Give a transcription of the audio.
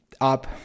up